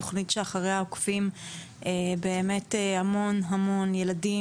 תכנית שאחריה עוקבים באמת המון המון ילדים